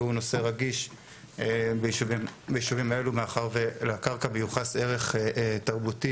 והוא נושא רגיש ביישובים האלו מאחר ולקרקע מיוחס ערך תרבותי,